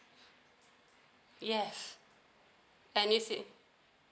yes